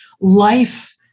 life